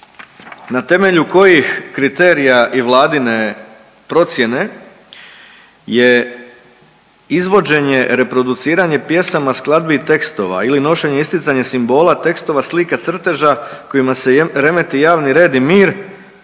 na temelju kojih kriterija i Vladine procjene je izvođenje, reproduciranje pjesama skladbi i tekstova ili nošenje i isticanje simbola tekstova, slika, crteža kojima se remeti javni red i mir